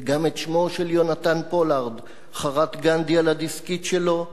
וגם את שמו של יהונתן פולארד חרט גנדי על הדיסקית שלו,